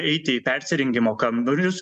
eiti į persirengimo kambarius